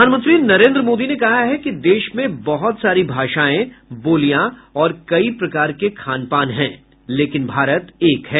प्रधानमंत्री नरेन्द्र मोदी ने कहा है कि देश में बहुत सारी भाषाएं बोलियां और कई प्रकार के खान पान हैं लेकिन भारत एक है